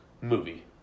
movie